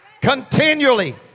continually